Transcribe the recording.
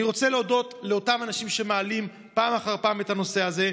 אני רוצה להודות לאותם אנשים שמעלים פעם אחר פעם את הנושא הזה,